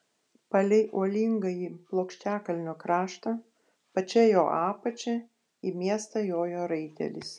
palei uolingąjį plokščiakalnio kraštą pačia jo apačia į miestą jojo raitelis